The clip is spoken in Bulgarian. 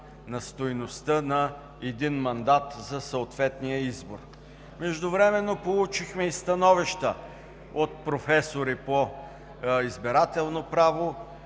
на стойността на един мандат за съответния избор. Междувременно получихме и становища от професори по избирателно право,